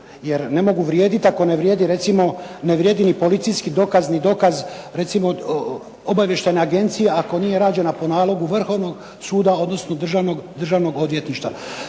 ako ne vrijedi, recimo ne vrijedi ni policijski dokazni dokaz recimo obavještajne agencije ako nije rađena po nalogu Vrhovnog suda odnosno Državnog odvjetništva.